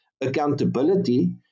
accountability